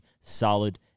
solid